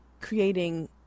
creating